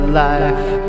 life